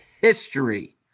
history